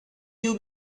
you